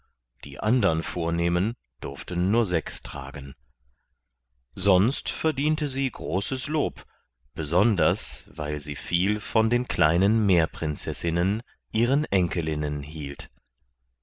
die anderen vornehmen durften nur sechs tragen sonst verdiente sie großes lob besonders weil sie viel von den kleinen meerprinzessinnen ihren enkelinnen hielt